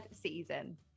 season